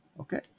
Okay